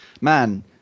Man